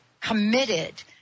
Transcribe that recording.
committed